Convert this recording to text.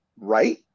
right